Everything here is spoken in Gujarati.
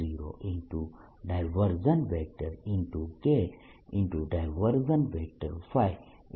free સમીકરણ મળશે